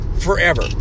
forever